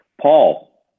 Paul